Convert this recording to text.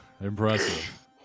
Impressive